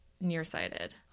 nearsighted